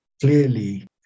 clearly